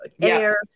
air